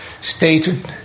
stated